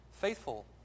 faithful